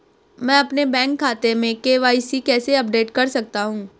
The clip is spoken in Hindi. मैं अपने बैंक खाते में के.वाई.सी कैसे अपडेट कर सकता हूँ?